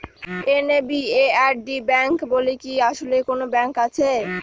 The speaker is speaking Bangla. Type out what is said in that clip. এন.এ.বি.এ.আর.ডি ব্যাংক বলে কি আসলেই কোনো ব্যাংক আছে?